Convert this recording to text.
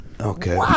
Okay